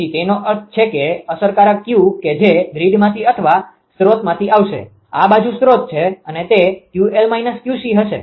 તેથી તેનો અર્થ છે કે અસરકારક Q કે જે ગ્રીડમાંથી અથવા સ્રોતમાંથી આવશે આ બાજુ સ્રોત છે અને તે 𝑄𝑙 −𝑄𝐶 હશે